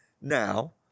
Now